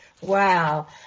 Wow